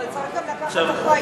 אבל צריך גם לקחת אחריות.